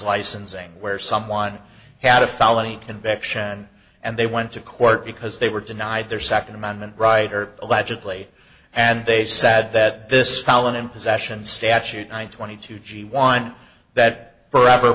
licensing where someone had a felony conviction and they went to court because they were denied their second amendment right or allegedly and they said that this allen in possession statute nine twenty two g want that for